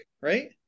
right